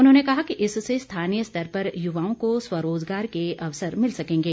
उन्होंने कहा कि इससे स्थानीय स्तर पर युवाओं को स्वरोजगार के अवसर मिल सकेंगे